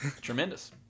Tremendous